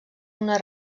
una